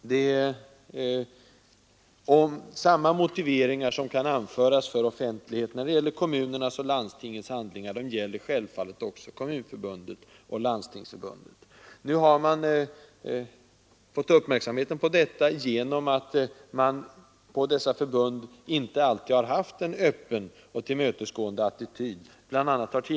Samma motiveringar som kan anföras för offentligheten när det gäller kommunernas och landstingens handlingar gäller självfallet också Kommunförbundet och Landstingsförbundet. Nu har uppmärksamheten, bl.a. av tidningen Expressen, fästs på detta förhållande genom att man på dessa förbund inte alltid har haft en öppen och tillmötesgående attityd.